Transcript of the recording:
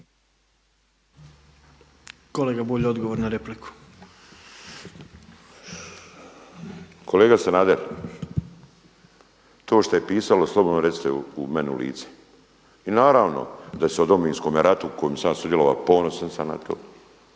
Kolega Bulj odgovor na repliku. **Bulj, Miro (MOST)** Kolega Sanader, to što je pisalo slobodno recite meni u lice. I naravno da se o Domovinskom ratu u kojem sam ja sudjelovao, ponosan sam na to,